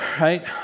Right